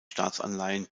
staatsanleihen